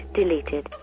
deleted